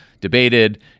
debated